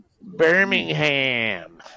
Birmingham